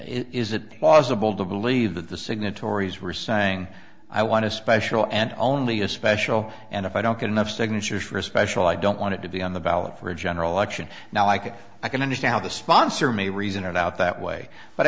is it possible to believe that the signatories were saying i want to special and only a special and if i don't get enough signatures for a special i don't want to be on the ballot for a general election now i could i can understand how the sponsor may reason it out that way but i